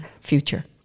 future